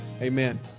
Amen